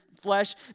flesh